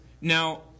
now